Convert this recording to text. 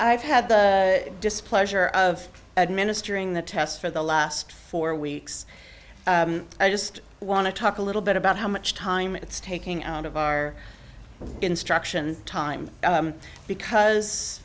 i've had the displeasure of administering the test for the last four weeks i just want to talk a little bit about how much time it's taking out of our instructions time because